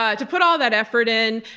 ah to put all that effort in,